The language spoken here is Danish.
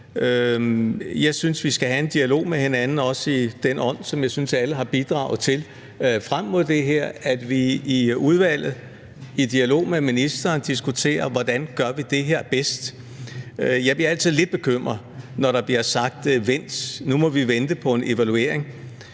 Jeg synes, at vi skal have en dialog med hinanden – også i den ånd, som jeg synes at alle har bidraget til frem mod det her – altså hvor vi i udvalget i dialog med ministeren diskuterer, hvordan vi gør det her bedst. Jeg bliver altid lidt bekymret, når der bliver sagt: Vent; nu må vi vente på en evaluering.